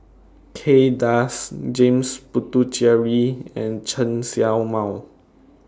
Kay Das James Puthucheary and Chen Show Mao